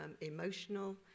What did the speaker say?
emotional